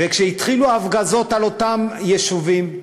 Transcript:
וכשהתחילו ההפגזות על אותם יישובים,